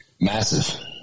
Massive